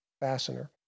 fastener